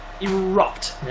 Erupt